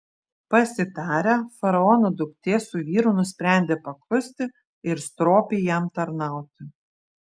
pasitarę faraono duktė su vyru nusprendė paklusti ir stropiai jam tarnauti